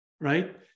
right